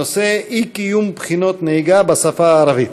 הנושא: אי-קיום בחינות נהיגה בשפה הערבית.